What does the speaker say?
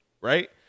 right